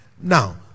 Now